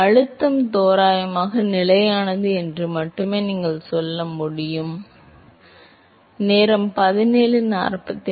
எனவே அழுத்தம் தோராயமாக நிலையானது என்று மட்டுமே நீங்கள் சொல்ல முடியும் அவ்வளவுதான் நீங்கள் சொல்ல முடியும்